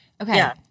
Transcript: Okay